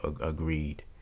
agreed